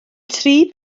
tri